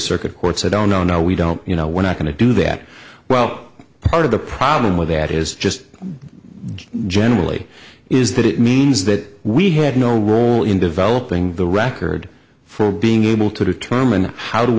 circuit court said oh no no we don't you know we're not going to do that well part of the problem with that is just generally is that it means that we have no role in developing the record for being able to determine how to